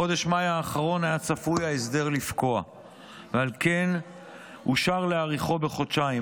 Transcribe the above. בחודש מאי האחרון היה צפוי ההסדר לפקוע ועל כן אושר להאריכו בחודשיים.